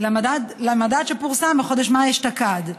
למדד שפורסם בחודש מאי אשתקד,